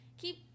keep